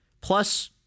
plus